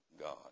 God